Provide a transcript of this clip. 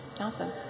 Awesome